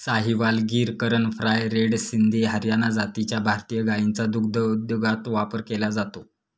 Sahiwal, Gir, Karan Fries, red Sindhi, Hariana जातीच्या भारतीय गायींचा दुग्धोद्योगात वापर केला जातो